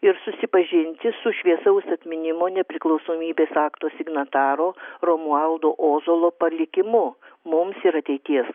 ir susipažinti su šviesaus atminimo nepriklausomybės akto signataro romualdo ozolo palikimu mums ir ateities